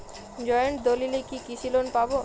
Joint দলিলে কি কৃষি লোন পাব?